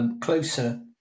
Closer